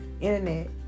internet